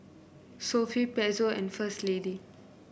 Sofy Pezzo and First Lady